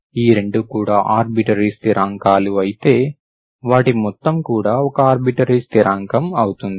ఈ రెండూ కూడా ఆర్బిటరీ స్థిరాంకాలు అయితే వాటి మొత్తం కూడా ఒక ఆర్బిటరీ స్థిరాంకం అవుతుంది